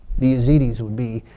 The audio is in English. the yazidis would be,